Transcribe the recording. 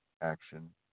action